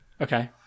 Okay